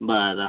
बरं